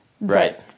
right